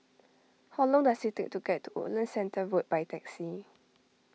how long does it take to get to Woodlands Centre Road by taxi